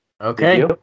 Okay